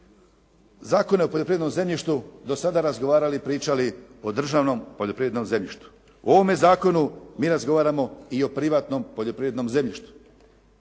Zakone o poljoprivrednom zemljištu do sada razgovarali, pričali o državnom poljoprivrednom zemljištu. U ovome zakonu mi razgovaramo i o privatnom poljoprivrednom zemljištu.